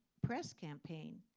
press campaign,